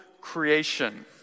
creation